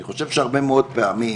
אני חושב שהרבה מאוד פעמים